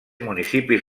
municipis